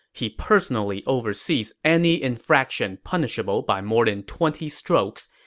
he personally oversees any infraction punishable by more than twenty strokes.